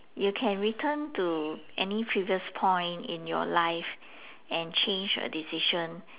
you can return to any previous point in your life and change a decision